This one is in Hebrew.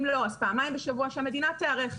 אם לא, אז פעמיים בשבוע, שהמדינה תיערך.